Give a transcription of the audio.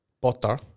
Butter